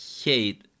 hate